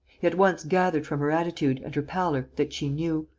he at once gathered from her attitude and her pallor that she knew.